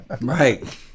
Right